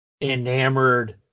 enamored